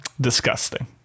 disgusting